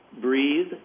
breathe